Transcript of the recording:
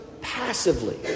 passively